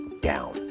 down